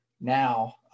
Now